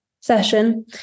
session